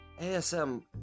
ASM